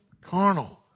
carnal